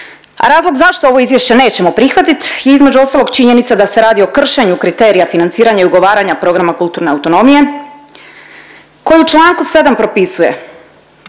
razlog zašto ovo izvješće nećemo prihvatit je između ostalog činjenica da se radi o kršenju kriterija financiranja i ugovaranja programa kulturne autonomije koji u članku 7 propisuje,